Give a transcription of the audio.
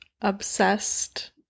obsessed